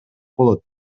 болот